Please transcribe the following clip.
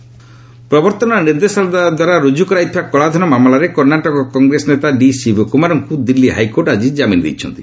court Shiv Kumar ପ୍ରପବର୍ତ୍ତନ ନିର୍ଦ୍ଦେଶାଳୟ ଦ୍ୱାରା ରୁଜୁ କରାଯାଇଥିବା କଳାଧନ ମାମଲାରେ କର୍ଷାଟକ କଂଗ୍ରେସ ନେତା ଡି ଶିବ କୁମାରଙ୍କୁ ଦିଲ୍ଲୀ ହାଇକୋର୍ଟ ଆଜି କାମିନ୍ ଦେଇଛନ୍ତି